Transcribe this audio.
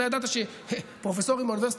אתה ידעת שפרופסורים באוניברסיטה,